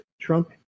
Trump